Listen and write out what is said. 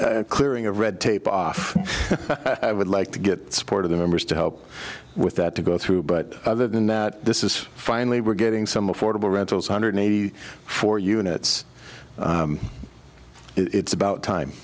that clearing of red tape off i would like to get support of the members to help with that to go through but other than that this is finally we're getting some affordable rentals hundred eighty four units it's about time